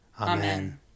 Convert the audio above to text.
Amen